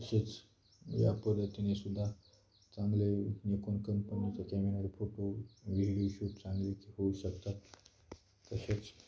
तसेच या पद्धतीनेसुद्धा चांगले एक निकोन कंपनीचे कॅमेराे फोटो व्हिडीओ शूट चांगले होऊ शकतात तसेच